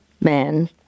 Man